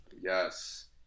Yes